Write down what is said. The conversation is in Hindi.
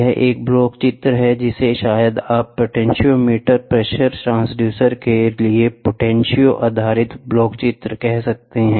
यह एक ब्लॉक चित्र है जिसे शायद आप पोटेंशियोमीटर प्रेशर ट्रांसड्यूसर के लिए पोटेंशियो आधारित ब्लॉक चित्र कह सकते हैं